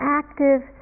active